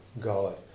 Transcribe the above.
God